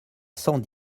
cent